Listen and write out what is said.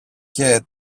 και